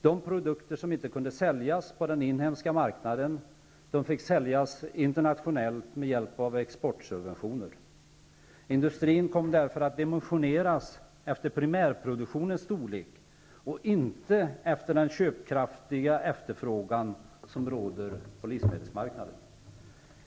De produkter som inte kunde säljas på den inhemska marknaden fick säljas internationellt med hjälp av exportsubventioner. Industrin kom därför att dimensioneras efter primärproduktionens storlek och inte efter den köpkraftiga efterfrågan som råder på livsmedelsmarknaden.